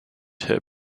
her